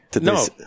No